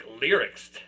lyrics